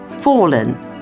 fallen